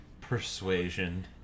persuasion